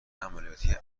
عملیاتی